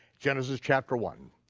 genesis chapter one,